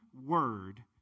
word